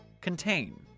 Contain